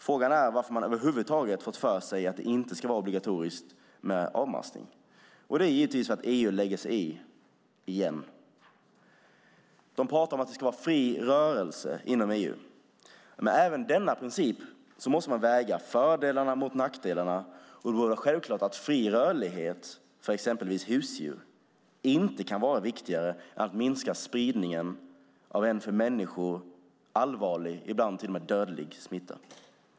Frågan är varför man över huvud taget har fått för sig att det inte ska vara obligatoriskt med avmaskning. Det är givetvis för att EU lägger sig i igen. Man pratar om att det ska vara fri rörlighet inom EU. Även med denna princip måste man väga fördelarna mot nackdelarna. Det är självklart att fri rörlighet för exempelvis husdjur inte kan vara viktigare än att minska spridningen av en för människor allvarlig, ibland till och med dödlig, smitta.